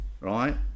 right